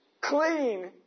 clean